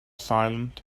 silent